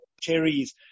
cherries